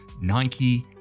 Nike